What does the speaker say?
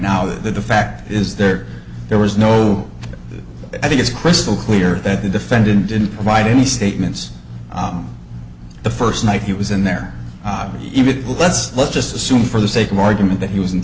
now the fact is that there was no i think it's crystal clear that the defendant didn't provide any statements the first night he was in there even let's let's just assume for the sake of argument that he was in